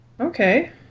Okay